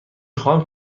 خواهم